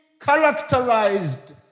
characterized